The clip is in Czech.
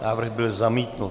Návrh byl zamítnut.